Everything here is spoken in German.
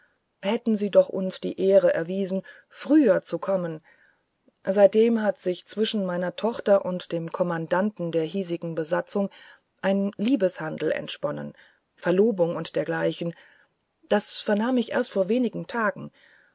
hätte sie doch uns die ehre erwiesen früher zu kommen seitdem hat sich zwischen meiner tochter und dem kommandanten der hiesigen besatzung ein liebeshandel entsponnen verlobung und dergleichen das vernahm ich erst vor wenigen tagen